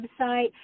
website